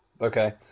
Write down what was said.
Okay